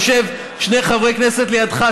שיושב שני חברי כנסת לידך,